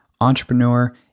Entrepreneur